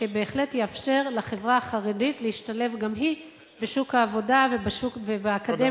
שבהחלט יאפשר לחברה החרדית להשתלב גם היא בשוק העבודה ובאקדמיה,